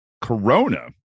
Corona